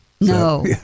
no